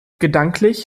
gedanklich